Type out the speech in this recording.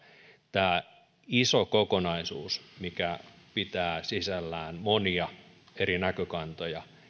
tämä iso kokonaisuus mikä pitää sisällään monia eri näkökantoja